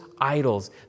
idols